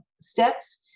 steps